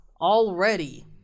Already